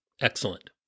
Excellent